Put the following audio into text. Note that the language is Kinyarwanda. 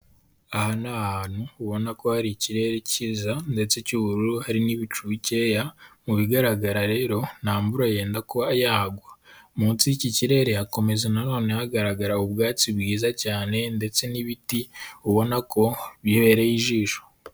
Aha ni ahantu ubona ko hari ikirere cyiza ndetse cy'ubururu hari n'ibicu bikeya, mu bigaragara rero nta mvura yenda kuba yagwa, munsi y'iki kirere hakomeza nanone hagaragara ubwatsi bwiza cyane ndetse n'ibiti ubona ko bibereye ijisho.